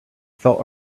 felt